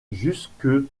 jusque